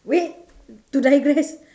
wait to digress